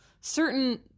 certain